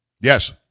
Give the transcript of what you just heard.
Yes